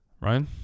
right